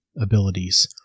abilities